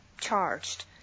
charged